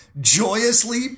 joyously